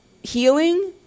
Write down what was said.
healing